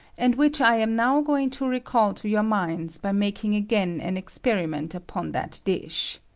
and which i am now going to recall to your minds by making again an experiment upon that dish.